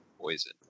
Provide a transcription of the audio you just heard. poison